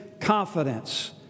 confidence